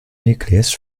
nucleus